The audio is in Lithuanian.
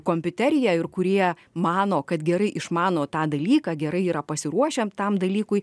kompiuteriją ir kurie mano kad gerai išmano tą dalyką gerai yra pasiruošę tam dalykui